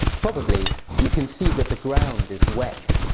probably, you can see that the ground is wet.